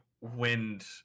wind